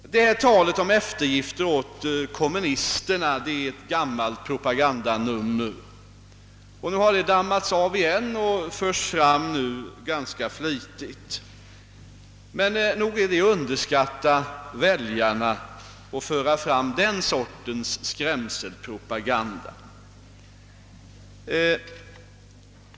Detta tal om eftergifter åt kommunisterna är ett gammalt propagandanummer som nu har dammats av och framförts ganska flitigt. Men nog är det att underskalta väljarna att föra fram den sortens skrämselpropaganda.